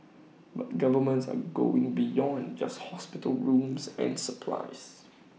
but governments are going beyond just hospital rooms and supplies